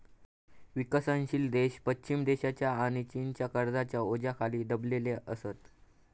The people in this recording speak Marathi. विकसनशील देश पश्चिम देशांच्या आणि चीनच्या कर्जाच्या ओझ्याखाली दबलेले असत